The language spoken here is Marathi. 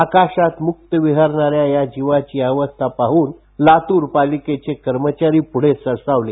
आकाशत मुक्त विहरणार्याळ या जीवाची ही अवस्था पाहून लातूर पालिकेचे कर्मचारी प्रढे सरसावले